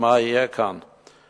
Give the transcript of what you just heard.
מה יהיה כאן,